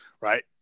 right